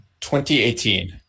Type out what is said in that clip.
2018